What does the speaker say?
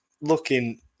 looking